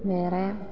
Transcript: വേറെ